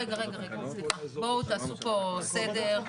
סליחה, בואו תעשו פה סדר.